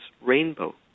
rainbow